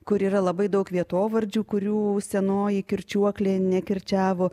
kur yra labai daug vietovardžių kurių senoji kirčiuoklė nekirčiavo